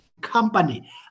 company